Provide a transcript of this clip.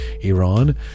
Iran